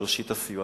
שהושיטה סיוע.